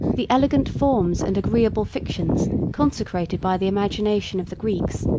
the elegant forms and agreeable fictions consecrated by the imagination of the greeks,